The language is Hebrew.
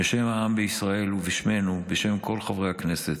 בשם העם בישראל ובשמנו, בשם כל חברי הכנסת,